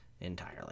entirely